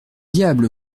diable